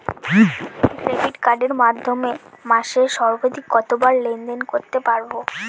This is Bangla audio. ডেবিট কার্ডের মাধ্যমে মাসে সর্বাধিক কতবার লেনদেন করতে পারবো?